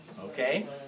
Okay